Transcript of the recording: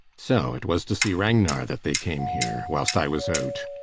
so it was to see ragnar that they came here whilst i was out!